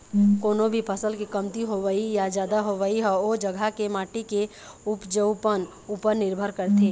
कोनो भी फसल के कमती होवई या जादा होवई ह ओ जघा के माटी के उपजउपन उपर निरभर करथे